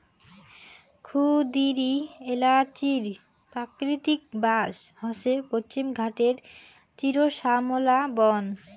ক্ষুদিরী এ্যালাচির প্রাকৃতিক বাস হসে পশ্চিমঘাটের চিরশ্যামলা বন